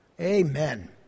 Amen